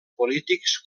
polítics